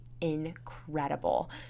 incredible